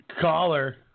caller